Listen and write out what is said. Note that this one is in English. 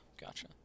gotcha